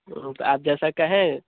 آپ جیسا کہیں